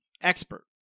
Expert